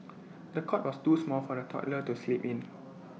the cot was too small for the toddler to sleep in